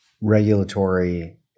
regulatory